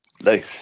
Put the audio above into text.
Nice